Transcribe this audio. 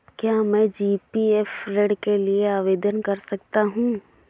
क्या मैं जी.पी.एफ ऋण के लिए आवेदन कर सकता हूँ?